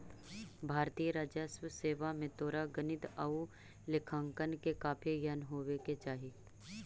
भारतीय राजस्व सेवा में तोरा गणित आउ लेखांकन के काफी ज्ञान होवे के चाहि